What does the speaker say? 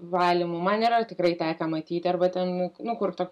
valymu man yra tikrai teko matyti arba ten nu kur to